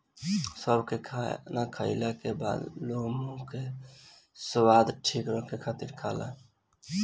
सौंफ के खाना खाईला के बाद लोग मुंह के स्वाद ठीक रखे खातिर खाला